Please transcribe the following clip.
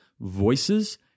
voices